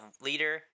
leader